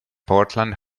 portland